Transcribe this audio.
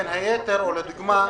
בין היתר, לדוגמה,